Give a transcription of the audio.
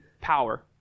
power